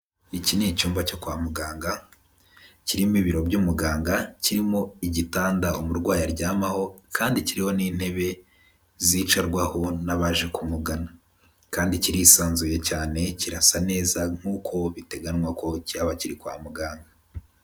Iki ni icyumba cyo kwa muganga, kirimo ibiro by'umuganga, kirimo igitanda umurwayi aryamaho kandi kiriho n'intebe zicarwaho n'abaje kumugana kandi kirisanzuye cyane kirasa neza nk'uko biteganywa ko cyaba kiri kwa muganga.